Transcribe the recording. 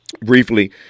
briefly